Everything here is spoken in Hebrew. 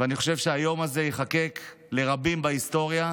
ואני חושב שהיום הזה ייחקק לרבים בהיסטוריה